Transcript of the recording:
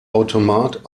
automat